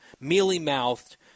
mealy-mouthed